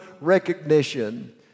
recognition